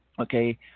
Okay